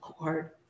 Lord